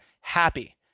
happy